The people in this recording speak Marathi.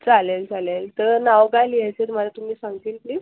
चालेल चालेल तर नाव काय लिहायचं तुम्हाला तुम्ही सांगतील प्लीज